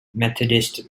methodist